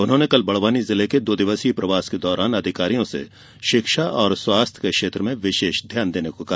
उन्होंने कल बड़वानी जिले के दो दिवसीय प्रवास के दौरान अधिकारियों से शिक्षा और स्वास्थ्य के क्षेत्र में विशेष ध्यान देने को कहा